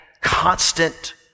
constant